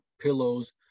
pillows